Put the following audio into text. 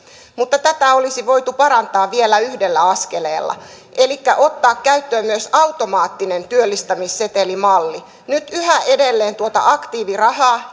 mutta tätä olisi voitu parantaa vielä yhdellä askeleella elikkä ottaa käyttöön myös automaattinen työllistämissetelimalli nyt yhä edelleen tuota aktiivirahaa